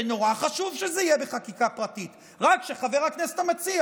זה נורא חשוב שזה יהיה בחקיקה פרטית רק שחבר הכנסת המציע